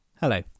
Hello